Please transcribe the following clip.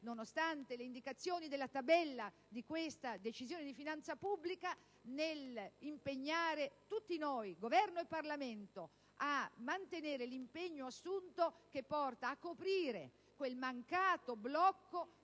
nonostante le indicazioni della tabella di questa Decisione di finanza pubblica, anche la volontà del Governo e del Parlamento, di mantenere l'impegno assunto, che porta a coprire quel mancato blocco